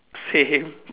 same